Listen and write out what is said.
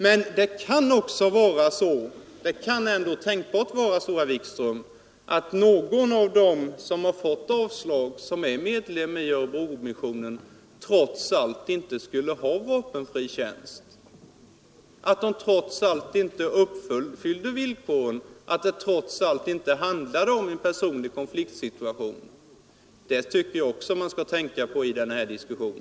Men det är ju ändå tänkbart, herr Wikström, att någon av dem som har fått avslag och som är medlem i Örebromissionen trots allt inte skulle ha vapenfri tjänst, att vederbörande trots allt inte uppfyllde villkoren och att det trots allt inte handlade om en personlig konfliktsituation. Det tycker jag också man skall tänka på i denna diskussion.